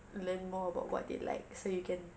learn more about what they like so you can